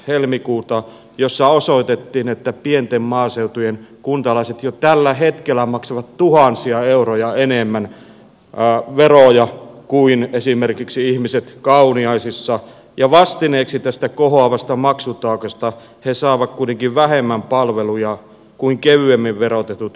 helmikuuta hyvä tilasto jossa osoitettiin että pienten maaseutujen kuntalaiset jo tällä hetkellä maksavat tuhansia euroja enemmän veroja kuin esimerkiksi ihmiset kauniaisissa ja vastineeksi tästä kohoavasta maksutaakasta he saavat kuitenkin vähemmän palveluja kuin kevyemmin verotetut kasvukeskusten ihmiset